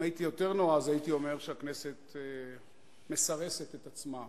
אם הייתי יותר נועז הייתי אומר שהכנסת מסרסת את עצמה.